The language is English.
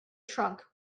trunk